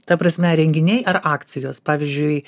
ta prasme renginiai ar akcijos pavyzdžiui